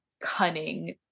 cunning